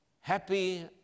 happy